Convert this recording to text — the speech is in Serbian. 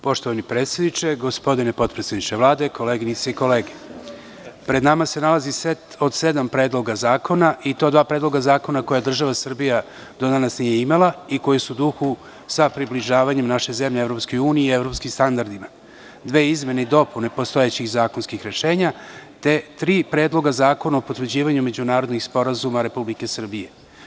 Poštovani predsedniče, gospodine potpredsedniče Vlade, koleginice i kolege, pred nama se nalazi set od sedam predloga zakona i to dva predloga zakona koje država Srbija do danas nije imala i koji su u duhu približavanje naše zemlje EU i evropskim standardima, dve izmene i dopune postojeći zakonskih rešenja, te tri predloga zakona o potvrđivanju međunarodnih sporazuma Republike Srbije.